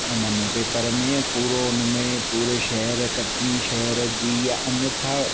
इनमें पेपर में पूरो उनमें पूरे शहर कटनी शहर जी या अन्यथा